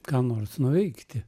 ką nors nuveikti